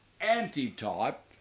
anti-type